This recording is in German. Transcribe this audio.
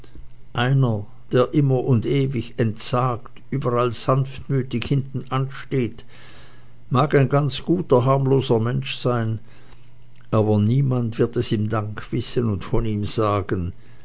einer der immer und ewig entsagt überall sanftmütig hintenansteht mag ein guter harmloser mensch sein aber niemand wird es ihm dank wissen und von ihm sagen